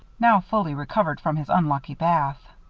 now fully recovered from his unlucky bath.